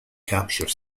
capture